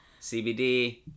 CBD